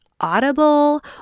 audible